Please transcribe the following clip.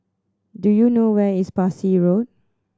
do you know where is Parsi Road